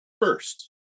first